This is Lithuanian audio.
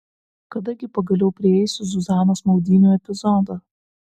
kada gi pagaliau prieisiu zuzanos maudynių epizodą